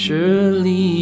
Surely